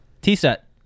T-set